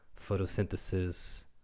photosynthesis